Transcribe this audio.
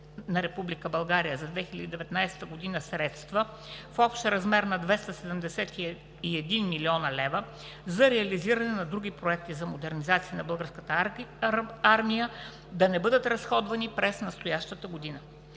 България за 2019 г. средства в общ размер на 271 млн. лв. за реализиране на други проекти за модернизация на Българската армия да не бъдат разходвани през настоящата година.